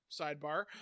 sidebar